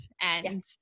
and-